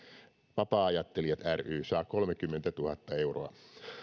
vapaa ajattelijain liitto ry saa kolmekymmentätuhatta euroa